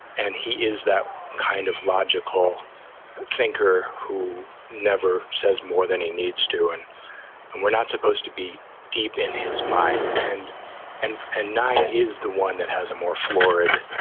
and he is that kind of logical thinker who never says more than he needs to. and we're not supposed to be deep in his mind. and and and nine is the one that has a more florid,